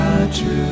true